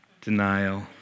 Denial